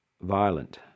violent